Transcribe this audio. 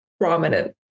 prominent